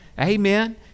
Amen